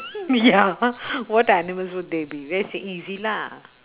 ya what animals would they be very s~ easy lah